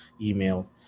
email